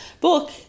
book